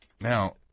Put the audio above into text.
Now